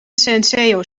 senseo